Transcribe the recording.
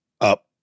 up